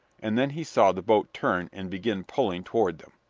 and then he saw the boat turn and begin pulling toward them.